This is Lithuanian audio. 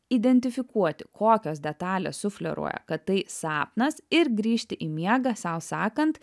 identifikuoti kokios detalės sufleruoja kad tai sapnas ir grįžti į miegą sau sakant